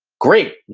great.